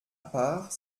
part